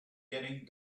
getting